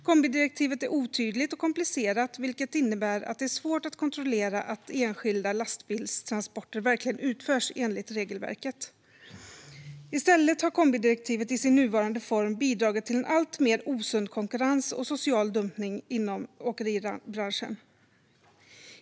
Kombidirektivet är otydligt och komplicerat, vilket innebär att det är svårt att kontrollera att enskilda lastbilstransporter verkligen utförs enligt regelverket. I stället har kombidirektivet i sin nuvarande form bidragit till en alltmer osund konkurrens och social dumpning inom åkeribranschen.